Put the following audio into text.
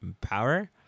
power